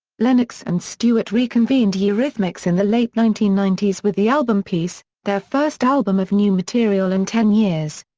lennox and stewart reconvened eurythmics in the late nineteen ninety s with the album peace, their first album of new material in ten years.